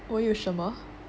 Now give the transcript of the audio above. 我有什么